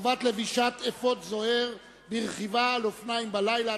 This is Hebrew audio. (חובת לבישת אפוד זוהר ברכיבה על אופניים בלילה),